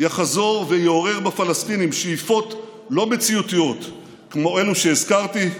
יחזור ויעורר בפלסטינים שאיפות לא מציאותיות כמו אלו שהזכרתי,